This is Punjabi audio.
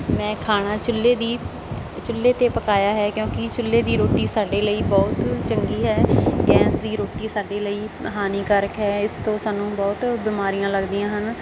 ਮੈਂ ਖਾਣਾ ਚੁੱਲ੍ਹੇ ਦੀ ਚੁੱਲ੍ਹੇ 'ਤੇ ਪਕਾਇਆ ਹੈ ਕਿਉਂਕਿ ਚੁੱਲ੍ਹੇ ਦੀ ਰੋਟੀ ਸਾਡੇ ਲਈ ਬਹੁਤ ਚੰਗੀ ਹੈ ਗੈਂਸ ਦੀ ਰੋਟੀ ਸਾਡੇ ਲਈ ਹਾਨੀਕਾਰਕ ਹੈ ਇਸ ਤੋਂ ਸਾਨੂੰ ਬਹੁਤ ਬਿਮਾਰੀਆਂ ਲੱਗਦੀਆਂ ਹਨ